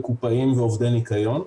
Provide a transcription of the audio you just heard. קופאים ועובדי ניקיון.